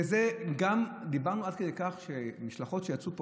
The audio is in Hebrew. גם דיברנו על כך שמשלחות שיצאו מפה,